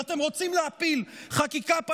ואתם רוצים להפיל חקיקה,